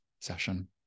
session